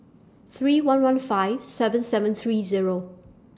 three one one five seven seven three Zero